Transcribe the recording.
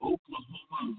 Oklahoma